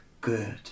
good